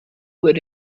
would